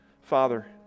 Father